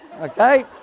Okay